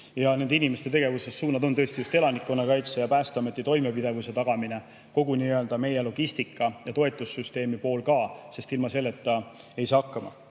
Ja nende inimeste tegevussuunad on tõesti just elanikkonnakaitse ja Päästeameti toimepidevuse tagamine, kogu meie logistika ja toetussüsteemi pool ka, sest ilma selleta ei saa hakkama.